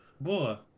Boa